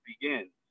begins